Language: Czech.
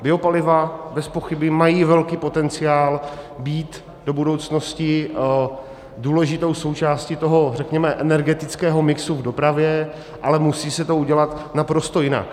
Biopaliva bezpochyby mají velký potenciál být do budoucnosti důležitou součástí toho energetického mixu v dopravě, ale musí se to udělat naprosto jinak.